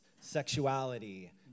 sexuality